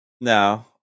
No